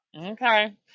Okay